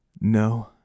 No